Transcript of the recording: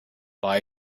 buy